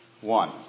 one